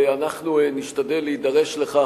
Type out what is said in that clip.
ואנחנו נשתדל להידרש לכך,